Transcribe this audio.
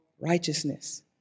righteousness